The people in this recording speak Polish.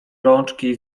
rączki